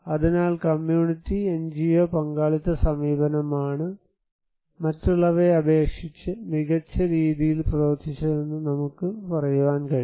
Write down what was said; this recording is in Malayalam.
അതിനാൽ കമ്മ്യൂണിറ്റി എൻജിഒ പങ്കാളിത്ത സമീപനമാണ് മറ്റുള്ളവയെ അപേക്ഷിച്ച് മികച്ച രീതിയിൽ പ്രവർത്തിച്ചതെന്ന് നമുക്ക് പറയാൻ കഴിയും